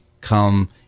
come